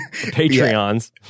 Patreons